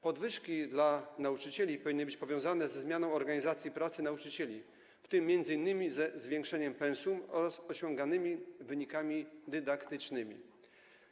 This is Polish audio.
Podwyżki dla nauczycieli powinny być powiązane ze zmianą organizacji pracy nauczycieli, w tym m.in. ze zwiększeniem pensum oraz z osiąganymi wynikami dydaktycznymi.